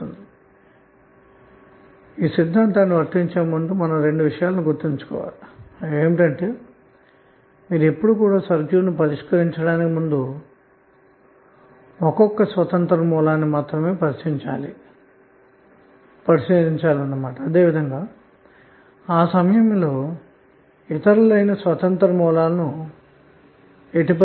అయితే ఈ సిద్ధాంతాన్ని వర్తింప చేయడానికి ముందు 2 విషయాలను గుర్తుంచుకోవాలి అవి ఏమిటంటే సర్క్యూట్ను పరిష్కరించటానికి ముందుగా ఎల్లప్పుడూ ఒకే ఒక స్వతంత్రమైన సోర్స్ ని మాత్రమే పరిశీలించాలి అదే విధంగా అట్టి సమయములో ఇతర స్వతంత్రమైన సోర్స్ లు అన్ని కూడా ఆపివేయాలిపరిగణించకూడదు అన్న మాట